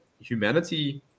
humanity